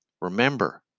Remember